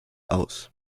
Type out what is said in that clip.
aus